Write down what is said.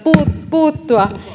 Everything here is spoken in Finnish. puuttua